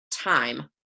Time